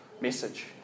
message